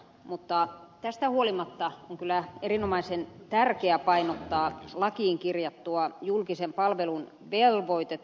mutta tästä huolimatta on kyllä erinomaisen tärkeä painottaa lakiin kirjattua julkisen palvelun velvoitetta